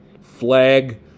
flag